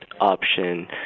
option